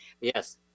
yes